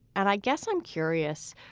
and i guess i'm curious,